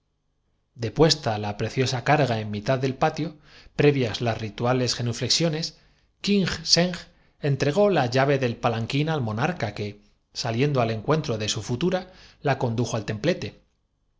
depuesta la preciosa carga en mitad del patio pre sér humano nacido á más de tres mil leguas de dis vias las rituales genuflexiones king seng entregó la tancia y á diez y seis siglos de separación del primitivo llave del palanquín al monarca que saliendo al en ejemplar cuentro de su futura la condujo al templete